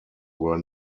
were